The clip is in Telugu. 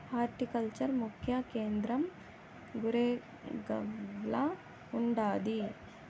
హార్టికల్చర్ ముఖ్య కేంద్రం గురేగావ్ల ఉండాది